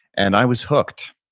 and i was hooked,